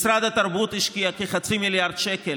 משרד התרבות השקיע כחצי מיליארד שקל